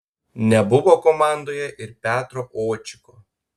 nebuvo komandoje ir petro očiko